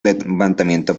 levantamiento